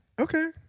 Okay